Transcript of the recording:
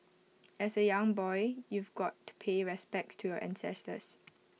as A young boy you've got to pay respects to your ancestors